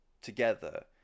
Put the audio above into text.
together